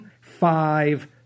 five